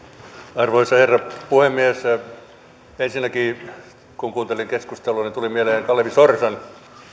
arvoisa herra puhemies ensinnäkin kun kuuntelin keskustelua niin tuli mieleen kalevi sorsan